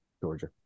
Georgia